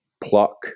pluck